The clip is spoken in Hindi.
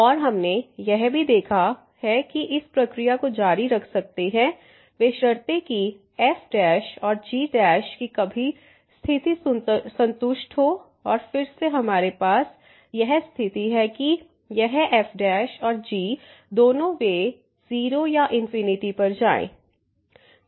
और हमने यह भी देखा है कि हम इस प्रक्रिया को जारी रख सकते हैं बशर्ते कि f और g की सभी स्थिति संतुष्ट हों और फिर से हमारे पास यह स्थिति है कि यह f और g दोनों वे 0 या पर जाएं